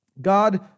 God